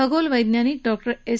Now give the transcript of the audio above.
खगोल वैज्ञानिक doctor S